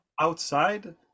outside